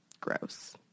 gross